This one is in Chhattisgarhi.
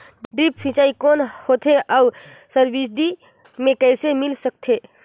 ड्रिप सिंचाई कौन होथे अउ सब्सिडी मे कइसे मिल सकत हे?